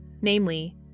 Namely